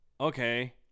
okay